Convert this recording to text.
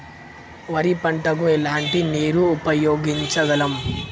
వరి పంట కు ఎలాంటి నీరు ఉపయోగించగలం?